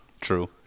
True